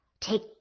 take